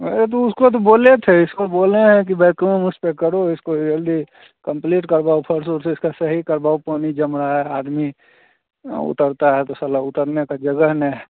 अरे तो उसको तो बोले थे इसको बोले हैं भाई काम उस पर करो इसको जल्दी कम्पलीट करवाओ फ़र्श उर्श इसका सही करवाओ पानी जमा रहा है आदमी उतरता है तो साला उतरने की जगह नहीं